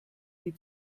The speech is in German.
wie